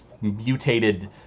mutated